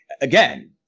again